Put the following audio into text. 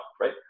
right